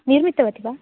निर्मितवति वा